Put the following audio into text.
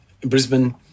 Brisbane